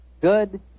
Good